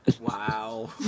Wow